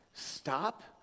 Stop